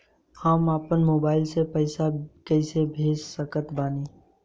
हम अपना मोबाइल से पैसा कैसे भेज सकत बानी?